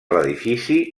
l’edifici